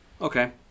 Okay